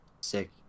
sick